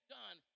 done